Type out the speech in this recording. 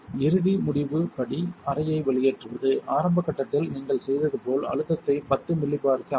இறுதி முடிவு படி அறையை வெளியேற்றுவது ஆரம்ப கட்டத்தில் நீங்கள் செய்தது போல் அழுத்தத்தை 10 மில்லிபோருக்கு அமைக்கவும்